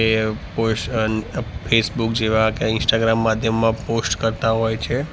કે પોશ અન ફેસબૂક જેવાં કે ઇન્સ્ટાગ્રામ માધ્યમમાં પોસ્ટ કરતા હોય છે